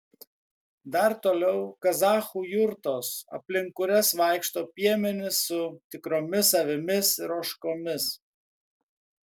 dar toliau kazachų jurtos aplink kurias vaikšto piemenys su tikromis avimis ir ožkomis